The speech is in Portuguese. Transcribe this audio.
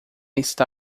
está